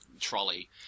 trolley